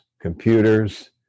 computers